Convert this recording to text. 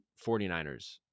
49ers